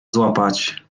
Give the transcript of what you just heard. złapać